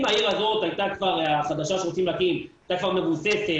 אם העיר החדשה שרוצים להקים הייתה כבר מבוססת